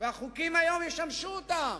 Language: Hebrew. והחוקים האלה ישמשו אותם.